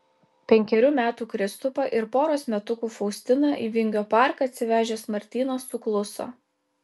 penkerių metų kristupą ir poros metukų faustiną į vingio parką atsivežęs martynas sukluso